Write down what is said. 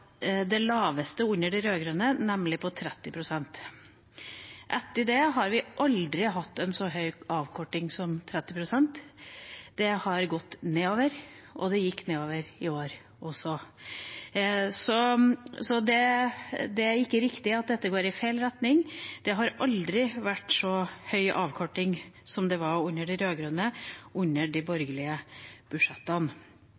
det laveste under de rød-grønne, nemlig 30 pst. Etter det har vi aldri hatt en så høy avkorting som 30 pst. Det har gått nedover, og det gikk nedover i år også. Så det er ikke riktig at dette går i feil retning. Under de borgerlige budsjettene har det aldri vært så høy avkorting som det var under de